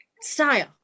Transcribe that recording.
style